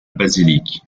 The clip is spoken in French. basilique